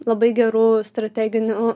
labai gerų strateginių